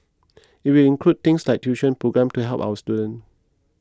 it will include things like tuition programmes to help our students